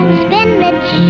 spinach